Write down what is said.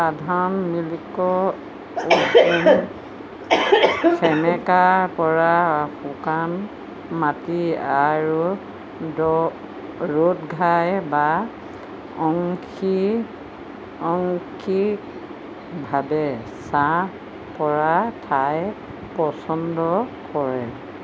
সাধাৰণ মিল্ক উইডে সেমেকাৰ পৰা শুকান মাটি আৰু ৰ'দঘাই বা আংশিকভাৱে ছাঁ পৰা ঠাই পচন্দ কৰে